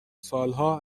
سالها